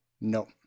No